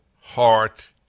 heart